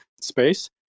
space